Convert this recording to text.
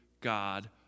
God